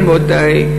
רבותי,